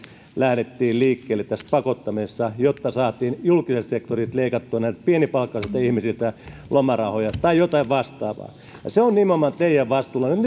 lähdettiin liikkeelle tässä pakottamisessa jotta saatiin julkiselta sektorilta leikattua näiltä pienipalkkaisilta ihmisiltä lomarahoja tai jotain vastaavaa se on nimenomaan teidän vastuullanne